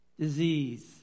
Disease